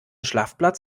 schlafplatz